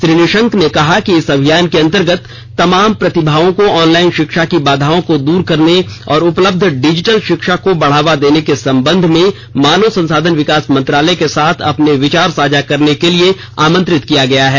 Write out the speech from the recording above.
श्री निशंक ने कहा कि इस अभियान के अंतर्गत तमाम प्रतिभाओं को ऑनलाइन शिक्षा की बाधाओं को दूर करने और उपलब्ध डिजिटल शिक्षा को बढ़ावा देने के संबंध में मानव संसाधन विकास मंत्रालय के साथ अपने विचार साझा करने के लिए आमंत्रित किया गया है